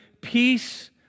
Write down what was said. peace